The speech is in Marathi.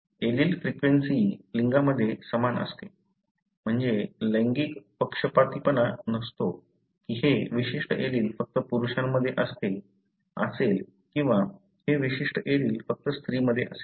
एलील फ्रिक्वेन्सी लिंगांमध्ये समान असते म्हणजे लैंगिक पक्षपातीपणा नसतो की हे विशिष्ट एलील फक्त पुरुषांमध्ये असेल किंवा हे विशिष्ट एलील फक्त स्त्री मध्ये असेल